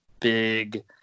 big